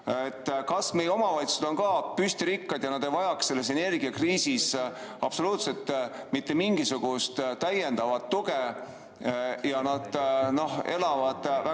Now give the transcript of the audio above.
Kas meie omavalitsused on samuti püstirikkad ega vaja selles energiakriisis absoluutselt mitte mingisugust täiendavat tuge, nad elavad väga